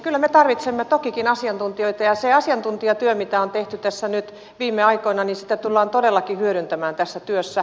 kyllä me tarvitsemme tokikin asiantuntijoita ja sitä asiantuntijatyötä mitä on tehty tässä nyt viime aikoina tullaan todellakin hyödyntämään tässä työssä